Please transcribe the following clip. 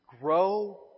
Grow